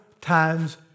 times